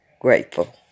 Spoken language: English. grateful